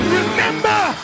remember